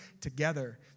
together